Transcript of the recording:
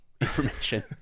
information